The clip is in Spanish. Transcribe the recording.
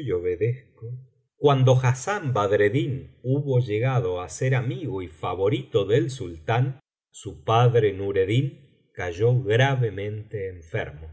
y obedezco cuando hassán badreddin hubo llegado á ser amigo y favorito del sultán su padre nureddin cayó gravemente enfermo